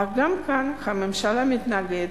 אך גם כאן הממשלה מתנגדת